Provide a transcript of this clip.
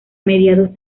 mediados